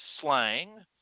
slang